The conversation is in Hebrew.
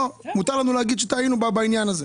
בוא, מותר לנו להגיד שטעינו בעניין הזה.